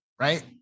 right